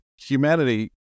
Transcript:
humanity